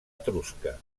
etrusca